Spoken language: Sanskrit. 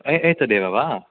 अय् एतदेव वा